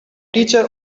teacher